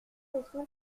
leçon